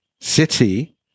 city